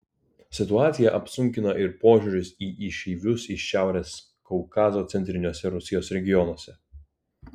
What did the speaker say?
situaciją apsunkina ir požiūris į išeivius iš šiaurės kaukazo centriniuose rusijos regionuose